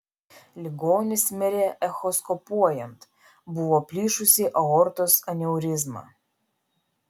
ligonis mirė echoskopuojant buvo plyšusi aortos aneurizma